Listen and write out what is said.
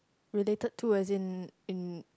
related to as in